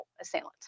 assailant